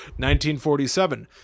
1947